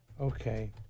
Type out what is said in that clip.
Okay